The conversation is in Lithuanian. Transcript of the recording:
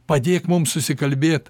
padėk mum susikalbėt